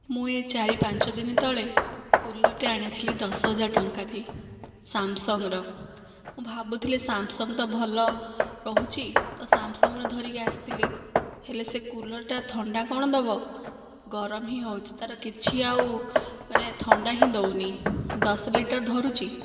ମୁଁ ଏ ଚାରି ପାଞ୍ଚଦିନ ତଳେ କୁଲର ଟିଏ ଆଣିଥିଲି ଦଶହଜାର ଟଙ୍କା ଦେଇ ସାମସଙ୍ଗର ମୁଁ ଭାବୁଥିଲି ସାମସଙ୍ଗ ତ ଭଲ ରହୁଛି ତ ସାମସଙ୍ଗର ଧରିକି ଆସିଥିଲି ହେଲେ ସେ କୁଲରଟା ଥଣ୍ଡା କ'ଣ ଦେବ ଗରମ ହି ହେଉଛି ତାର କିଛି ଆଉ ମାନେ ଥଣ୍ଡା ହିଁ ଦେଉନି ଦଶ ଲିଟର ଧରୁଛି